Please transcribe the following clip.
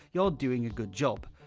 you're doing a good job.